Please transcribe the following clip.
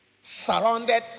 surrounded